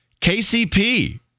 KCP